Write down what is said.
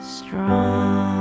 strong